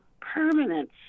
permanence